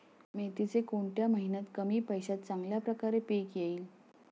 मेथीचे कोणत्या महिन्यात कमी पैशात चांगल्या प्रकारे पीक येईल?